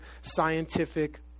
scientific